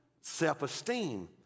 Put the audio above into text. self-esteem